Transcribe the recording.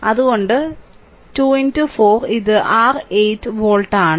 അതിനാൽ 2 4 ഇത് r 8 volt ആണ്